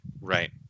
Right